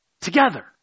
together